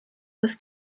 was